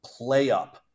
PlayUp